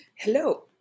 Hello